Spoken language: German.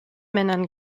männern